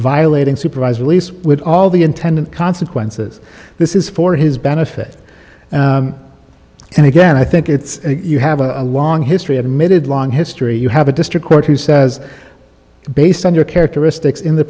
violating supervised release with all the intended consequences this is for his benefit and again i think it's you have a long history of admitted long history you have a district court who says based on your characteristics in the